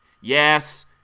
Yes